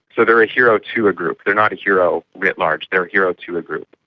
so they're a hero to a group, they're not a hero writ large, they're a hero to a group.